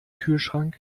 kühlschrank